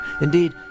Indeed